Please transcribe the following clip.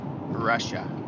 russia